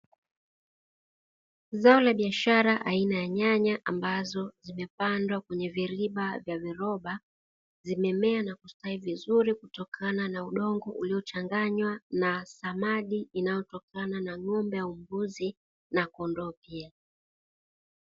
Zao la biashara aina ya nyanya ambazo zimepandwa kwenye viliba vya viroba zimemea na kustawi vizuri kutokana na udongo uliochanganywa na samadi, inayotokana na ng'ombe au mbuzi na kondoo pia.